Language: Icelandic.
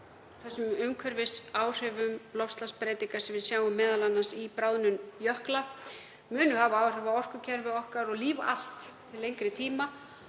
þessum umhverfisáhrifum loftslagsbreytinga sem við sjáum m.a. í bráðnun jökla. Þau munu hafa áhrif á orkukerfi okkar og líf allt til lengri tíma.